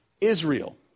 Israel